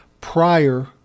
prior